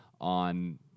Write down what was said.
on